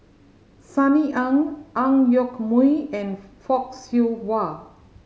Sunny Ang Ang Yoke Mooi and Fock Siew Wah